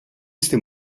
este